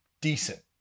decent